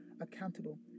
accountable